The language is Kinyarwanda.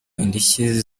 indishyi